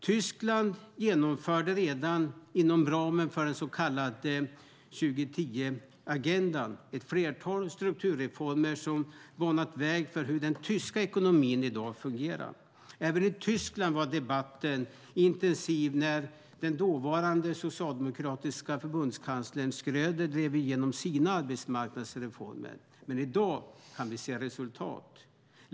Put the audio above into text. Tyskland genomförde redan inom ramen för den så kallade 2010-agendan ett flertal strukturreformer som banat väg för hur den tyska ekonomin fungerar i dag. Även i Tyskland var debatten intensiv när dåvarande socialdemokratiska förbundskansler Schröder drev igenom sina arbetsmarknadsreformer. Men i dag kan vi se resultatet.